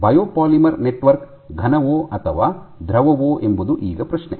biopolymer network ಘನವೋ ಅಥವಾ ದ್ರವವೋ ಎಂಬುದು ಈಗ ಪ್ರಶ್ನೆ